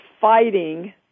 fighting